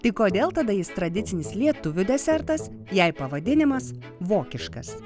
tai kodėl tada jis tradicinis lietuvių desertas jei pavadinimas vokiškas